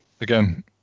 again